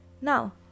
now